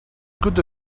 good